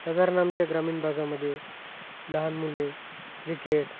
साधारण आमच्या ग्रामीण भागामध्ये लहान मुले क्रिकेट